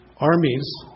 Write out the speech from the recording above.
armies